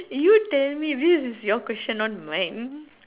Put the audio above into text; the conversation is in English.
you tell me this is your question not mine